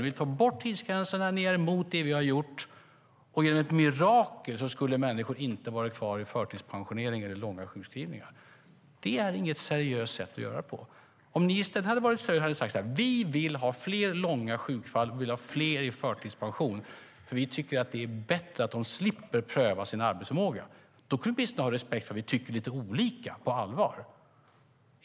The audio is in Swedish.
Ni vill ta bort tidsgränserna, och som av ett mirakel skulle människor inte vara kvar i förtidspensioneringar eller långa sjukskrivningar. Det är inget seriöst sätt att göra det på. Om ni i stället hade sagt att ni vill ha fler långa sjukfall och fler i förtidspension för att ni tycker att det är bättre att de slipper pröva sin arbetsförmåga, då kunde jag åtminstone ha respekt för att vi tycker lite olika, på allvar.